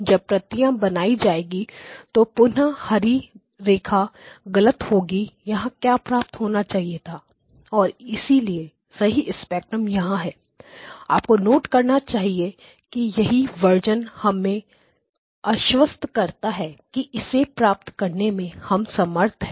जब प्रतियां बनाई जाएगी तो पुनः हरि रेखा गलत होगी यहां क्या प्राप्त होना चाहिए था और इसलिए सही स्पेक्ट्रम यहाँ है आपको नोट करना चाहिए कि सही वर्जन हमें आश्वस्त करता है कि इसे प्राप्त करने में हम समर्थ हैं